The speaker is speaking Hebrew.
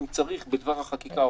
אם צריך בדבר החקיקה,